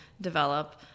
develop